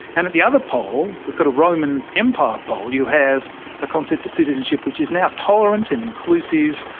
and at the other pole, the kind of roman empire pole, you have a concept of citizenship which is now tolerant and inclusive,